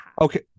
okay